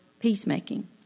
peacemaking